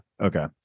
Okay